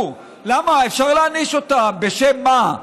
למה אפשר להעניש אותם, בשם מה?